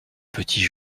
petit